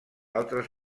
altres